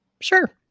Sure